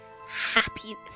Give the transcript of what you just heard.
happiness